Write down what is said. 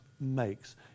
makes